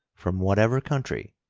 from whatever country,